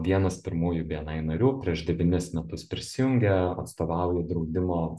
vienas pirmųjų bni narių prieš devynis metus prisijungė atstovauja draudimo